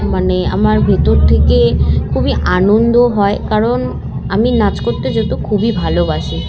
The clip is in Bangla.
মানে আমার ভেতর থেকে খুবই আনন্দ হয় কারণ আমি নাচ করতে যেত খুবই ভালোবাসি